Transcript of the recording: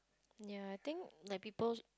ya I think like people